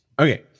Okay